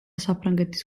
საფრანგეთის